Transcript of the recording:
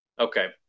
Okay